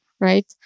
right